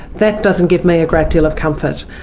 that doesn't give me a great deal of comfort.